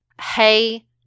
Hey